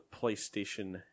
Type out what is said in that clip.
PlayStation